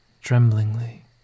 tremblingly